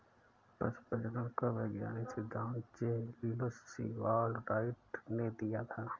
पशु प्रजनन का वैज्ञानिक सिद्धांत जे लुश सीवाल राइट ने दिया था